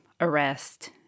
arrest